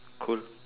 cool